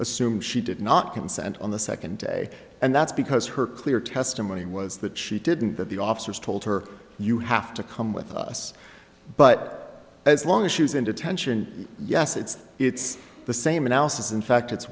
assumed she did not consent on the second day and that's because her clear testimony was that she didn't that the officers told her you have to come with us but as long as she was in detention yes it's it's the same analysis in fact it's